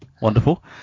Wonderful